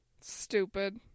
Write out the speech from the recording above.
Stupid